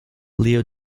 leo